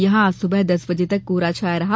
यहां आज सुबह दस बजे तक कोहरा छाया रहा